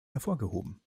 hervorgehoben